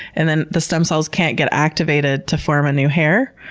and then the stem cells can't get activated to form a new hair.